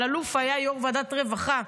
אלאלוף היה יו"ר ועדת רווחה,